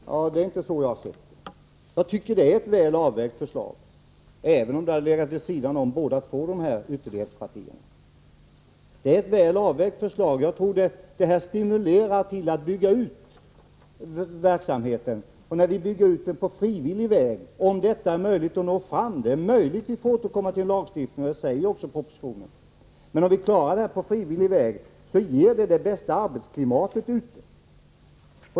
Det är inte så jag har sett det. Jag tycker att det är ett väl avvägt förslag — och det hade det varit även om det legat vid sidan om båda dessa ytterlighetspartiers ståndpunkter. Jag tror att detta väl avvägda förslag stimulerar till utbyggnad av verksamheten. Det är möjligt att vi får återkomma med en lagstiftning, och det sägs ju också i propositionen. Men om vi klarar denna utbyggnad på frivillig väg, så skapas det bästa arbetsklimatet.